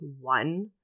one